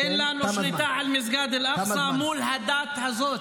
-- שאין לנו שליטה באל אקצא מול הדת הזאת,